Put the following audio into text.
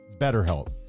BetterHelp